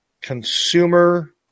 consumer